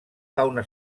fauna